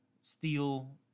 steel